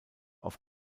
auf